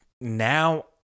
now